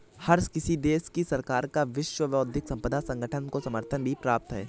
हर किसी देश की सरकार का विश्व बौद्धिक संपदा संगठन को समर्थन भी प्राप्त है